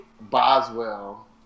Boswell